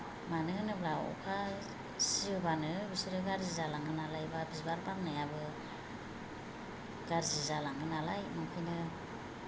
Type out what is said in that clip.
मानो होनोब्ला अखा सियोबानो बिसोरो गारजि जालाङो नालाय बा बिबार बारनायाबो गार्जि जालाङो नालाय नंखायनो